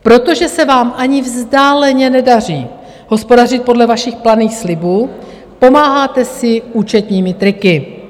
Protože se vám ani vzdáleně nedaří hospodařit podle vašich planých slibů, pomáháte si účetními triky.